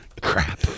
Crap